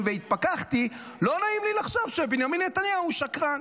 והתפקחתי - לא נעים לי לחשוב שבנימין נתניהו הוא שקרן.